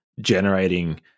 generating